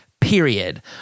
period